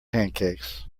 pancakes